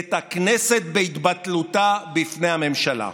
את הכנסת בהתבטלותה בפני הממשלה.